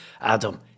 Adam